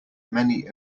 many